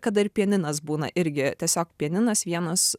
kada ir pianinas būna irgi tiesiog pianinas vienas